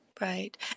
right